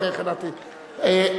בבקשה, אדוני.